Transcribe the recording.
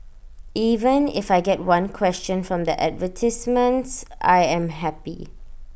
even if I get one question from the advertisements I am happy